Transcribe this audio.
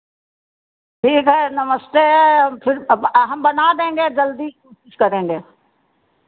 ठीक है नमस्ते हम फिर अब हम बना देंगे जल्दी कोशिश करेंगे